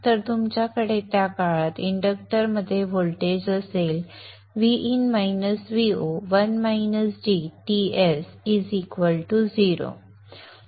तर तुमच्याकडे त्या काळात इंडक्टरमध्ये व्होल्टेज असेल Vin - Vo Ts 0